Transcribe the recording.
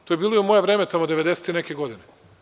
To je bilo i u moje vreme tamo devedeset i neke godine.